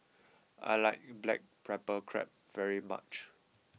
I like Black Pepper Crab very much